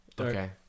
Okay